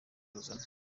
tuzana